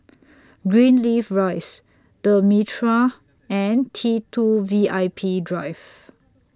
Greenleaf Rise The Mitraa and T two V I P Drive